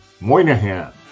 Moynihan